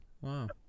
Wow